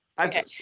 Okay